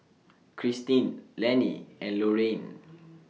Cristine Lenny and Lorayne